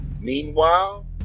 Meanwhile